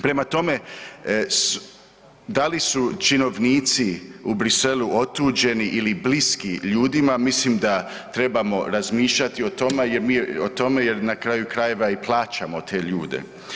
Prema tome, da li su činovnici u Bruxellesu otuđeni ili bliski ljudima mislim da trebamo razmišljati o tome, jer na kraju krajeva mi plaćamo te ljude.